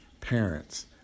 parents